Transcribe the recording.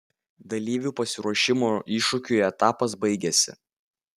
dalyvių pasiruošimo iššūkiui etapas baigiasi